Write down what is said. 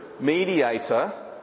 mediator